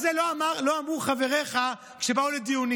את ה"מעולה" הזה לא אמרו חבריך כשבאו לדיונים.